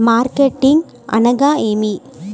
Marketing అనగానేమి?